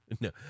No